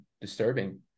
disturbing